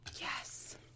Yes